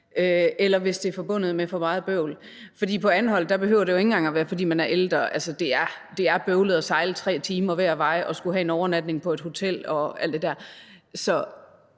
eller hvis det er forbundet med for meget bøvl. På Anholt behøver det jo ikke engang at være, fordi man er ældre. Altså, det er bøvlet at sejle 3 timer hver vej og skulle have en overnatning på et hotel og alt det der.